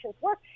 work